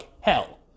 hell